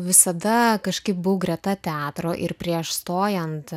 visada kažkaip buvau greta teatro ir prieš stojant